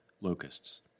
locusts